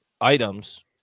items